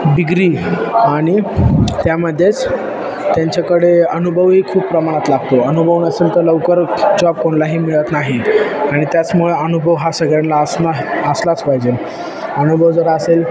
degree आणि त्यामध्येच त्यांच्याकडे अनुभवही खूप प्रमाणात लागतो अनुभव नसेल तर लवकर जॉब कोणलाही मिळत नाही आणि त्याचमुळं अनुभव हा सगळ्यांना असला असलाच पाहिजेल अनुभव जर असेल